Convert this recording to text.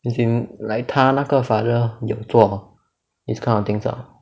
as in like 他那个 father 有做 this kind of things ah